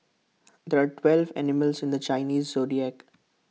there are twelve animals in the Chinese Zodiac